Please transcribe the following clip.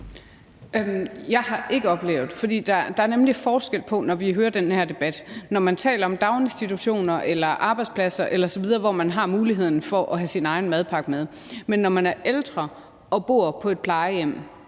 Jeg har ikke oplevet det. Der er nemlig forskel på det i den her debat. Der er daginstitutioner, arbejdspladser osv., hvor man har muligheden for at have sin egen madpakke med, men når man er ældre og bor på et plejehjem